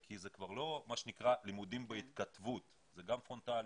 כי זה כבר לא מה שנקרא לימודים בהתכתבות אלא זה גם פרונטלי,